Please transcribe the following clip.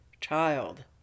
child